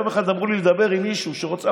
יום אחד אמרו לי לדבר עם מישהו שרוצה,